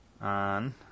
On